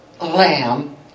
lamb